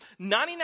99%